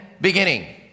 beginning